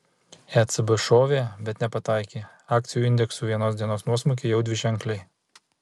ecb šovė bet nepataikė akcijų indeksų vienos dienos nuosmukiai jau dviženkliai